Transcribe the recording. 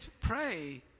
pray